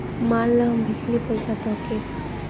मान ला हम भेजली पइसा तोह्के